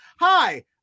hi